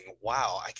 Wow